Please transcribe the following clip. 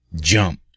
jump